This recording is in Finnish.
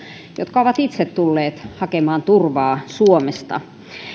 jotka ovat itse tulleet hakemaan turvaa suomesta